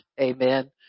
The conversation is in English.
Amen